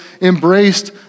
embraced